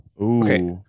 Okay